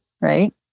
right